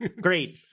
Great